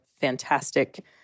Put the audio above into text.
fantastic